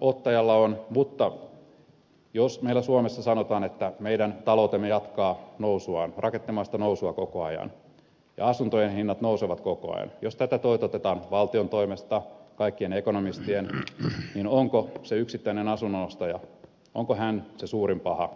lainanottajalla on oma vastuunsa mutta jos meillä suomessa sanotaan että meidän taloutemme jatkaa nousuaan rakettimaista nousua koko ajan ja asuntojen hinnat nousevat koko ajan ja jos tätä toitotetaan valtion toimesta kaikkien ekonomistien niin onko se yksittäinen asunnonostaja se suurin paha